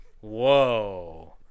Whoa